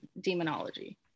demonology